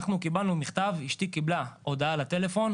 אנחנו קיבלנו מכתב, אשתי קיבלה הודעה לטלפון,